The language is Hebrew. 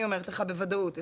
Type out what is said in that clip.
אני אומרת לך בוודאות,